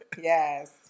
yes